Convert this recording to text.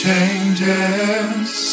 Changes